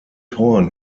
horn